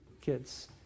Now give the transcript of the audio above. kids